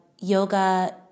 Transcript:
yoga